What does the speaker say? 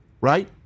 Right